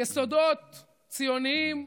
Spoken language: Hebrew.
יסודות ציוניים,